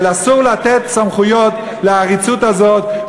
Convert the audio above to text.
אסור לתת סמכויות לעריצות הזאת,